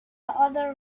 other